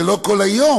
זה לא כל היום.